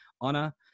honor